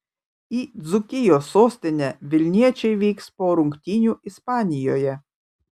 į dzūkijos sostinę vilniečiai vyks po rungtynių ispanijoje